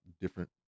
different